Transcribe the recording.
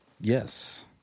Yes